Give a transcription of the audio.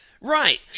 Right